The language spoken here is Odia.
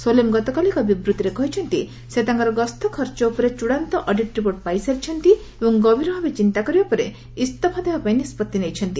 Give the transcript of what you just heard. ସୋଲେମ୍ ଗତକାଲି ଏକ ବିବୃତ୍ତିରେ କହିଛନ୍ତି ସେ ତାଙ୍କର ଗସ୍ତ ଖର୍ଚ୍ଚ ଉପରେ ଚୂଡ଼ାନ୍ତ ଅଡିଟ୍ ରିପୋର୍ଟ ପାଇସାରିଛନ୍ତି ଏବଂ ଗଭୀର ଭାବେ ଚିନ୍ତା କରିବା ପରେ ଇସ୍ତଫା ଦେବା ପାଇଁ ନିଷ୍ପଭି ନେଇଛନ୍ତି